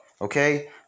Okay